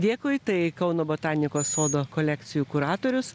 dėkui tai kauno botanikos sodo kolekcijų kuratorius